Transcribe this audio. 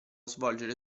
svolgere